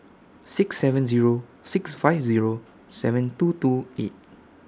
six seven Zero six five Zero seven two two eight